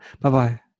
Bye-bye